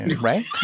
Right